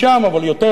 אבל יותר מזה,